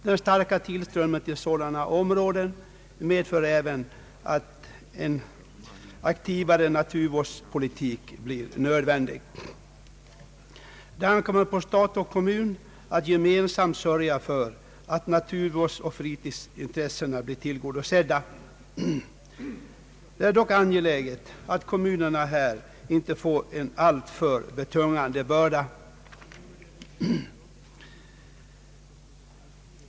Den starka tillströmningen till sådana områden medför även att en mera aktiv naturvårdspolitik blir nödvändig. Det ankommer på stat och kommun att gemensamt sörja för att naturvårdsoch fritidsintressena blir tillgodosedda. Det är dock angeläget att kommunerna här inte får en alltför betungande bör da.